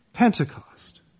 Pentecost